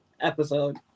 episode